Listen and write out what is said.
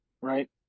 Right